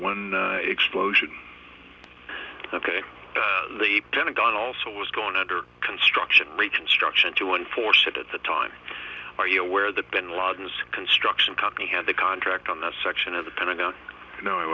one explosion ok the pentagon also was going under construction great construction to enforce it at the time are you aware that bin laden's construction company had a contract on that section of the pentagon no it